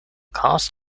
cast